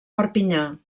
perpinyà